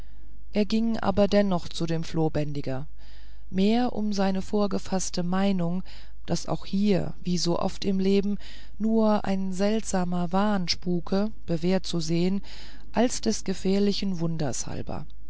er ging aber dennoch zu dem flohbändiger mehr um seine vorgefaßte meinung daß auch hier wie so oft im leben nur ein seltsamer wahn spuke bewährt zu sehen als des gefährlichen wunders